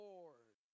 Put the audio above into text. Lord